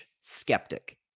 skeptic